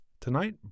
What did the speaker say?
Tonight